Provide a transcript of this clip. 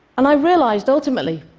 and i realized ultimately